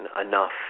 enough